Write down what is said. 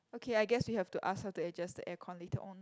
okay I guess we have to ask her to adjust the air con later on